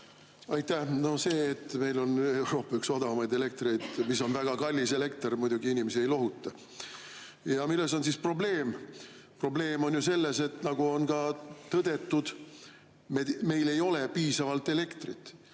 Aitäh! No see, et meie elekter on üks odavamaid, kuigi see on väga kallis elekter, muidugi inimesi ei lohuta. Milles on siis probleem? Probleem on ju selles, nagu on ka tõdetud, et meil ei ole piisavalt elektrit.